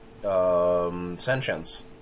sentience